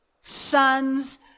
Sons